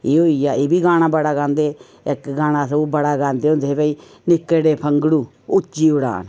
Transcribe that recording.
एह् होई गेआ एह् बी गाना बड़ा गांदे हे इक्क गाना अस ओह् बड़ा गांदे हुंदे हे भाई निक्कड़े फंगड़ू उच्ची उड़ान